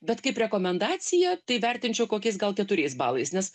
bet kaip rekomendaciją tai vertinčiau kokiais gal keturiais balais nes